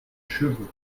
chevaux